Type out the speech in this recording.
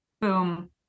boom